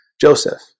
Joseph